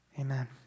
Amen